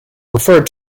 referred